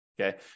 Okay